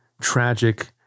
tragic